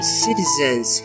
citizens